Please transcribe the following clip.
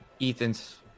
Ethan's